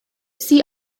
see